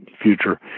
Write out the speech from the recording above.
future